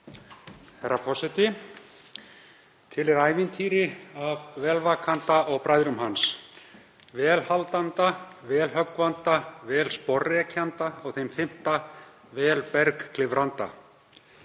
Herra forseti. Til er ævintýri af Velvakanda og bræðrum hans, Velhaldanda, Velhöggvanda, Velsporrekjanda og þeim fimmta, Velbergklifranda.